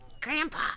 Grandpa